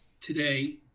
today